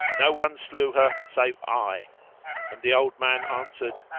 no one slew her save i and the old man answered,